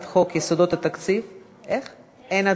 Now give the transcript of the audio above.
אין הצבעה.